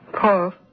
Paul